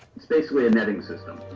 basically a netting system.